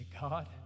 God